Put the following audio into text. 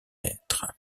être